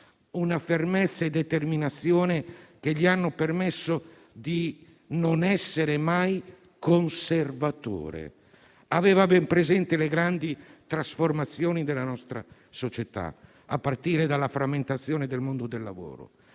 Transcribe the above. Una fermezza e una determinazione che gli hanno permesso di non essere mai conservatore. Aveva ben presente le grandi trasformazioni della nostra società, a partire dalla frammentazione del mondo del lavoro,